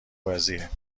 بازیه